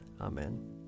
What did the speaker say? Amen